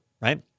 right